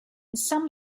some